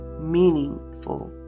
meaningful